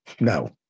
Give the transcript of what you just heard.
No